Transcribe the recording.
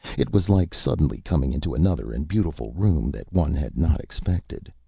it was like suddenly coming into another and beautiful room that one had not expected.